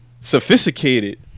Sophisticated